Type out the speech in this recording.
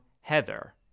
Heather